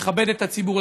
לכבד את הציבור,